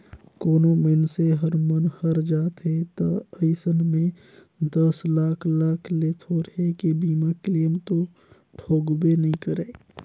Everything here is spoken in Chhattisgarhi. कोनो मइनसे हर मन हर जाथे त अइसन में दस लाख लाख ले थोरहें के बीमा क्लेम तो ठोकबे नई करे